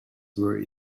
were